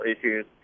issues